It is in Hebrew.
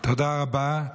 תודה רבה.